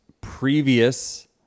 previous